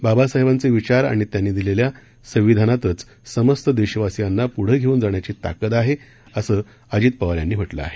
बाबासाहेबांचे विचार आणि त्यांनी दिलेल्या संविधानातंच समस्त देशवासियांना पुढे घेऊन जाण्याची ताकद आहे असं अजित पवार यांनी म्हटलं आहे